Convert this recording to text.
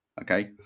okay